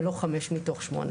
ולא חמש מתוך שמונה.